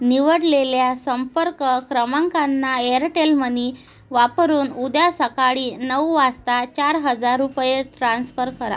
निवडलेल्या संपर्क क्रमांकांना एअरटेल मनी वापरून उद्या सकाळी नऊ वाजता चार हजार रुपये ट्रान्स्फर करा